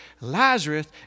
Lazarus